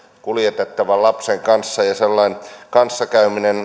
kuljetettavan lapsen kanssa ja sellainen kanssakäyminen